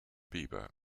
bieber